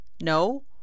no